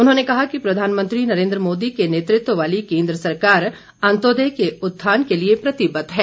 उन्होंने कहा कि प्रधानमंत्री नरेन्द्र मोदी के नेतृत्व वाली केन्द्र सरकार अंत्योदय के उत्थान के लिए प्रतिबद्ध है